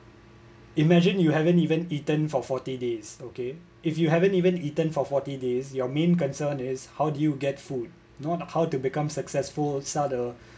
imagine you haven't even eaten for forty days okay if you haven't even eaten for forty days your main concern is how do you get food not how to become successful are the